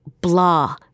blah